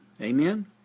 Amen